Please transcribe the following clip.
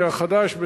החדש,